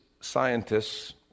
scientists